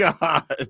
God